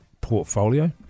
portfolio